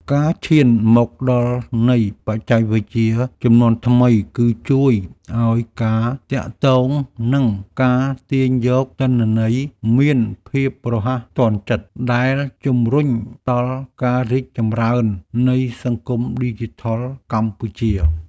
ការឈានមកដល់នៃបច្ចេកវិទ្យាជំនាន់ថ្មី គឺ ជួយឱ្យការទាក់ទង និង ការទាញយកទិន្នន័យមានភាពរហ័សទាន់ចិត្ត ដែលជម្រុញដល់ការរីកចម្រើននៃសង្គមឌីជីថលកម្ពុជា។